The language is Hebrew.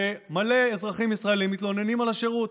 ומלא אזרחים ישראלים מתלוננים על השירות.